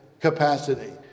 capacity